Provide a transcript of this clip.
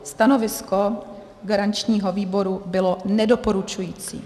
Stanovisko garančního výboru bylo nedoporučující.